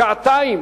שעתיים